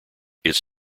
its